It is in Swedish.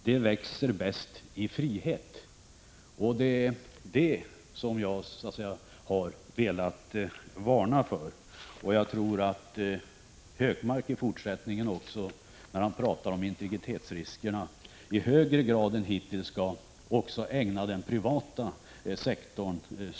De växer bäst i frihet.” 51 Det är det jag har velat varna för. När Gunnar Hökmark i fortsättningen talar om integritetsriskerna bör han i högre grad än hittills ägna intresse åt den privata sektorn.